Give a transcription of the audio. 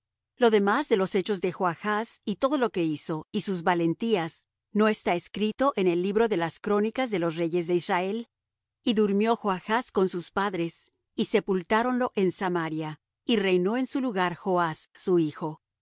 lo demás de los hechos de manahem y todas las cosas que hizo no está escrito en el libro de las crónicas de los reyes de israel y durmió manahem con sus padres y reinó en su lugar pekaía su hijo